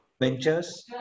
ventures